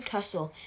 Tussle